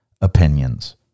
opinions